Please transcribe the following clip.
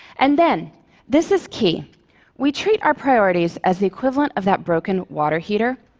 and then this is key we treat our priorities as the equivalent of that broken water heater,